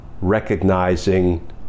recognizing